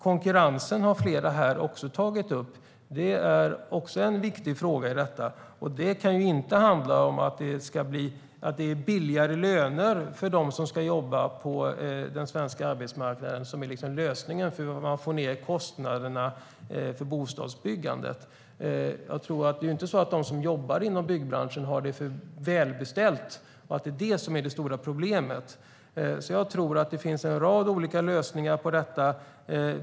Konkurrensen har flera här också tagit upp. Det är också en viktig fråga i detta, och det kan ju inte handla om att det är lägre löner för dem som ska jobba på den svenska arbetsmarknaden som är lösningen för att få ned kostnaderna för bostadsbyggandet. Jag tror inte att de som jobbar inom byggbranschen har det för välbeställt och att det är det som är det stora problemet. Jag tror alltså att det finns en rad olika lösningar på detta.